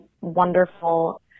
wonderful